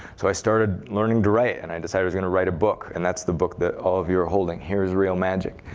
so i started learning to write, and i decided i was going to write a book. and that's the book that all of you are holding, here is real magic.